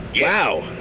Wow